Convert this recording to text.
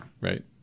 right